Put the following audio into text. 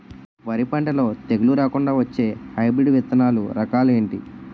వరి పంటలో తెగుళ్లు రాకుండ వచ్చే హైబ్రిడ్ విత్తనాలు రకాలు ఏంటి?